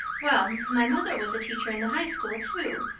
well, my mother was a teacher in the high school, too,